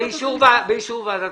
באישור ועדת